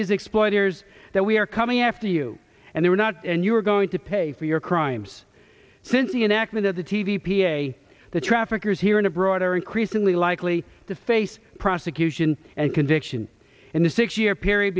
these exporters that we are coming after you and they are not and you are going to pay for your crimes since the enactment of the t v p a the traffickers here and abroad are increasingly likely to face prosecution and conviction in the six year period